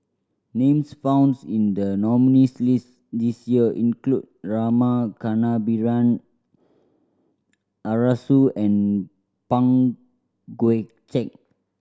names found in the nominees' list this year include Rama Kannabiran Arasu and Pang Guek Cheng